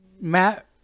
Matt